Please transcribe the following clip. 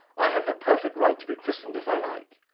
i have a perfect right to be christened if i like.